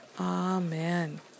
Amen